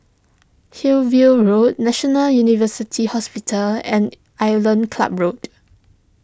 Hillview Road National University Hospital and Island Club Road